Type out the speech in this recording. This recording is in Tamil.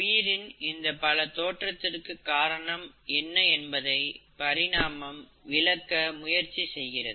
உயிரின் இந்த பல தோற்றதற்கு காரணம் என்ன என்பதை பரிணாமம் விளக்க முயற்சி செய்கிறது